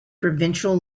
provincial